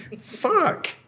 Fuck